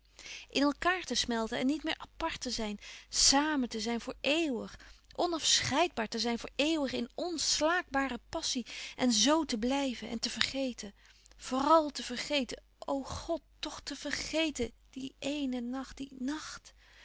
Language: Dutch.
elkaâr te smelten en niet meer apart te zijn samen te zijn voor eeuwig onafscheidbaar te zijn voor eeuwig in onslaakbare passie en zoo te blijven en te vergeten vooral te vergeten o louis couperus van oude menschen de dingen die voorbij gaan god toch te vergeten dien eenen nacht dien nacht